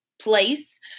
place